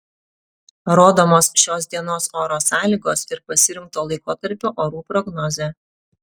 rodomos šios dienos oro sąlygos ir pasirinkto laikotarpio orų prognozė